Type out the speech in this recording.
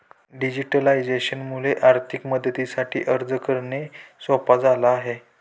digitalisation मुळे आर्थिक मदतीसाठी अर्ज करणे सोप झाला आहे